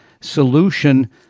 solution